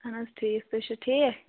اہن حظ ٹھیٖک تُہۍ چھِو ٹھیٖک